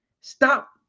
Stop